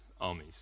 armies